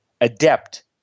adept